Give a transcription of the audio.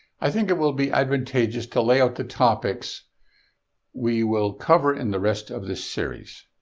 i think it will be advantageous to lay out the topics we will cover in the rest of this series.